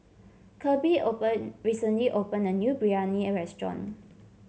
Kirby open recently opened a new Biryani restaurant